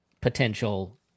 potential